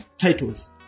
titles